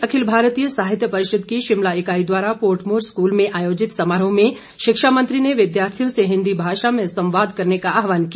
इस बीच अखिल भारतीय साहित्य परिषद की शिमला इकाई द्वारा पोर्टमोर स्कूल में आयोजित समारोह में शिक्षा मंत्री ने विद्यार्थियों से हिंदी भाषा में संवाद करने का आहवान किया